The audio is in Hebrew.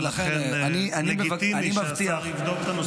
ולכן זה לגיטימי שהשר יבדוק את הנושא.